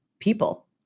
people